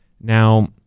Now